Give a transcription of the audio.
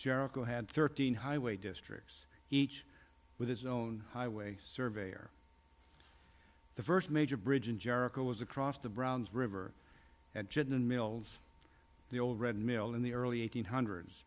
jericho had thirteen highway districts each with his own highway surveyor the first major bridge in jericho was across the browns river at jordan mills the old red mill in the early eighteenth hundreds